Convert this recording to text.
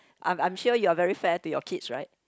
I'm I'm sure you're very fair to your kids right